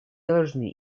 должны